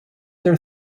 their